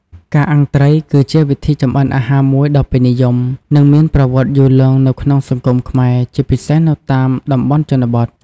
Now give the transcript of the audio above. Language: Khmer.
ការអាំងត្រី គឺជាវិធីចម្អិនអាហារមួយដ៏ពេញនិយម និងមានប្រវត្តិយូរលង់នៅក្នុងសង្គមខ្មែរ ជាពិសេសនៅតាមតំបន់ជនបទ។